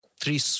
three